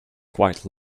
quite